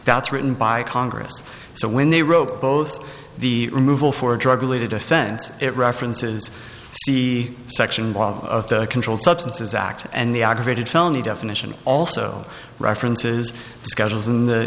that's written by congress so when they wrote both the removal for a drug related offense it references c section of the controlled substances act and the aggravated felony definition also references schedules in the